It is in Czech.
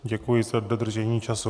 Děkuji za dodržení času.